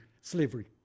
slavery